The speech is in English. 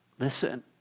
Listen